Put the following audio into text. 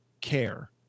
care